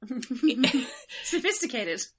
Sophisticated